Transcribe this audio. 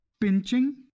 pinching